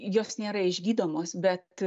jos nėra išgydomos bet